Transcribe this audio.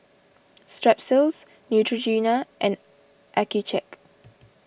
Strepsils Neutrogena and Accucheck